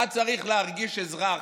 מה צריך להרגיש אזרח,